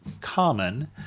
common